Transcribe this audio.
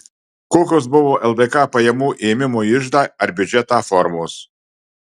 kokios buvo ldk pajamų ėmimo į iždą ar biudžetą formos